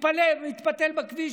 מתפתל בכביש.